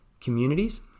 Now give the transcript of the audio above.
communities